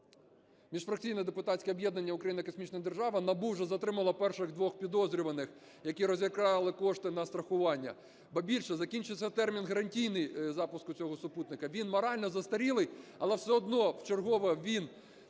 міжфракційне депутатське об'єднання "Україна – космічна держава", НАБУ вже затримало перших двох підозрюваних, які розікрали кошти на страхування. Ба більше, закінчується термін гарантійний запуску цього супутника. Він морально застарілий, але все одно вчергове він